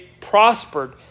prospered